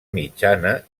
mitjana